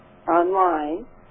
online